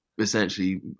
essentially